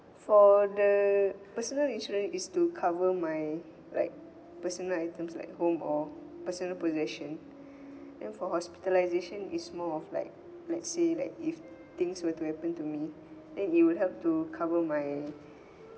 for the personal insurance is to cover my like personal items like home or personal possession and for hospitalisation is more of like let's say like if things were to happen to me then it would help to cover my